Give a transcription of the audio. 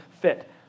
fit